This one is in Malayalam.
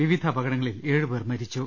വിവിധ അപ കടങ്ങളിൽ ഏഴു പേർ മരിച്ചു